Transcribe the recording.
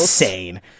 insane